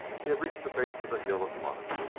he had reached the base of the hill of mud.